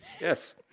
Yes